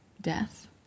death